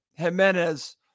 Jimenez